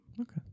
Okay